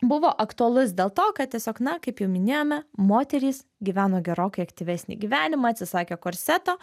buvo aktualus dėl to kad tiesiog na kaip jau minėjome moterys gyveno gerokai aktyvesnį gyvenimą atsisakė korseto